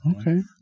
Okay